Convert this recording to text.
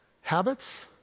Habits